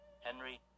Henry